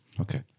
Okay